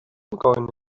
going